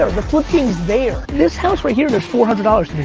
the flipping is there. this house right here, it is four hundred dollars